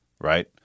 right